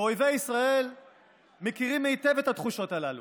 ואויבי ישראל מכירים היטב את התחושות הללו,